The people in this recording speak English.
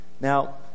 Now